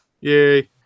Yay